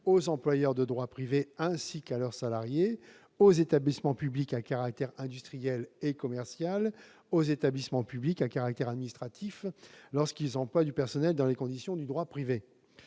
aux employeurs de droit privé ainsi qu'à leurs salariés, aux établissements publics à caractère industriel et commercial ; aux établissements publics à caractère administratif lorsqu'ils emploient du personnel dans les conditions du droit privé.